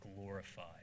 glorified